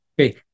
Okay